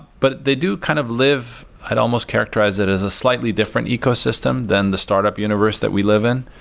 but they do kind of live i'd almost characterize it as a slightly different ecosystem than the starup universe that we live in.